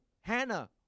Hannah